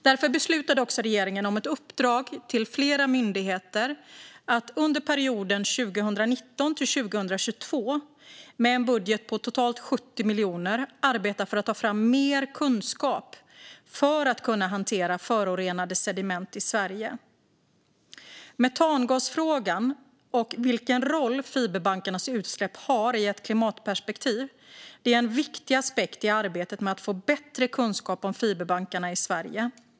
Därför beslutade regeringen om ett uppdrag till flera myndigheter att under perioden 2019-2022 med en budget på totalt 70 miljoner kronor arbeta för att ta fram mer kunskap för att kunna hantera förorenade sediment i Sverige. Metangasfrågan och vilken roll fiberbankarnas utsläpp har i ett klimatperspektiv är en viktig aspekt i arbetet med att få bättre kunskap om fiberbankarna i Sverige.